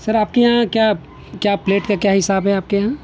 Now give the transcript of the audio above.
سر آپ کے یہاں کیا کیا پلیٹ کا کیا حساب ہے آپ کے یہاں